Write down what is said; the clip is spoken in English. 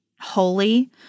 holy